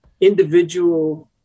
individual